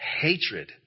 hatred